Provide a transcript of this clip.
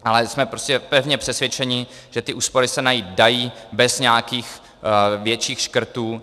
Ale jsme prostě pevně přesvědčeni, že ty úspory se najít dají bez nějakých větších škrtů.